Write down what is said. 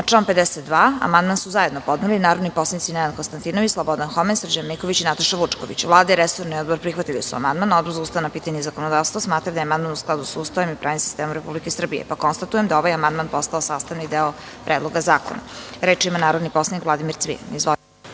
član 52. amandman su zajedno podneli narodni poslanici Nenad Konstantinović, Slobodan Homen, Srđan Miković i Nataša Vučković. Vlada i resorni odbor prihvatili su amandman. Odbor za ustavna pitanja i zakonodavstvo smatra da je amandman u skladu sa Ustavom i pravnim sistemom Republike Srbije. Konstatujem da je ovaj amandman postao sastavni deo Predloga zakona. Reč ima narodni poslanik Vladimir Cvijan.